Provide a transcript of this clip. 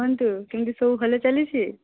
କୁହନ୍ତୁ କେମିତି ସବୁ ଭଲ ଚାଲିଛି